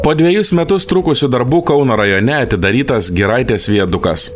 po dvejus metus trukusių darbų kauno rajone atidarytas giraitės viadukas